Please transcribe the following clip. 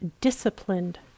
disciplined